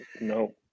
no